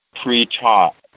pre-taught